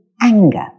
anger